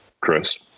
Chris